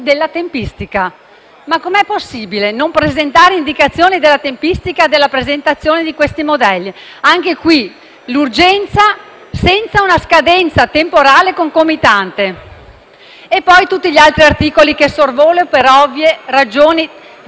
Ma com'è possibile non fornire indicazioni della tempistica della presentazione di questi modelli? Anche qui, l'urgenza senza una scadenza temporale concomitante. E poi vi sono tutti gli altri articoli, su cui sorvolo per ovvie ragioni di tempo.